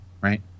right